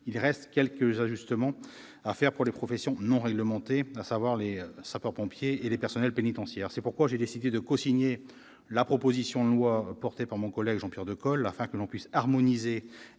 il reste quelques ajustements à faire pour les professions non réglementées, telles que les pompiers et les personnels pénitentiaires. J'ai donc décidé de cosigner la proposition de loi portée par mon collègue Jean-Pierre Decool afin que l'on puisse « harmoniser